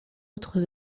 autres